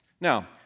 Now